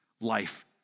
life